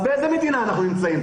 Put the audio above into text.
באיזה מדינה אנחנו נמצאים?